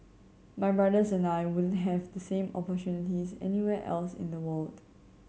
my brothers and I wouldn't have the same opportunities anywhere else in the world